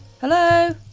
Hello